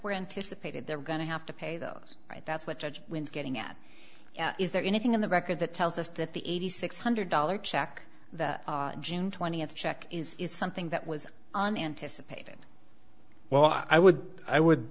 were anticipated they're going to have to pay those right that's what judge winds getting at is there anything in the record that tells us that the eighty six hundred dollars check the june twentieth check is is something that was on anticipated well i would i would